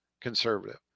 conservative